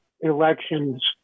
elections